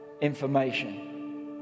information